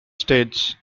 states